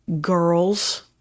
girls